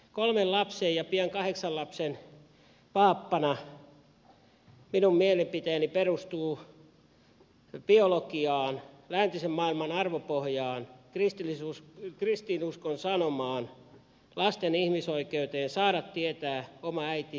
kolmen lapsen isänä ja pian kahdeksan lapsen paappana minun mielipiteeni perustuu biologiaan läntisen maailman arvopohjaan kristinuskon sanomaan lasten ihmisoikeuteen saada tietää oma äitinsä ja isänsä